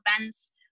events